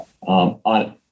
on